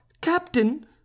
captain